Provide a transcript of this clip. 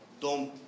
DOM